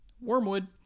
wormwood